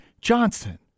Johnson